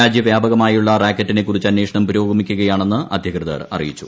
രാജ്യവ്യാപകമായുള്ള റാക്കറ്റിനെക്കുറിച്ച് അന്വേഷണം പുരോഗമിക്കുക യാണെന്ന് അധികൃതർ അറിയിച്ചു